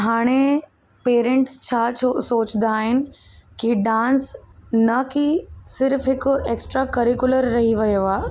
हाणे पेरेंट्स छा छो सोचंदा आहिनि की डांस न की सिर्फ़ु हिकु एक्स्ट्रा करिकुलर रही वियो आहे